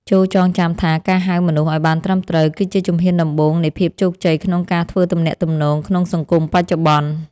ចូរចងចាំថាការហៅមនុស្សឱ្យបានត្រឹមត្រូវ គឺជាជំហានដំបូងនៃភាពជោគជ័យក្នុងការធ្វើទំនាក់ទំនងក្នុងសង្គមបច្ចុប្បន្ន។